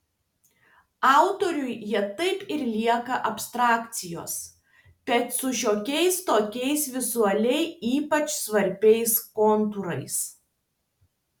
autoriui jie taip ir lieka abstrakcijos bet su šiokiais tokiais vizualiai ypač svarbiais kontūrais